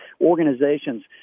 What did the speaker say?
organizations